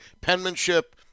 penmanship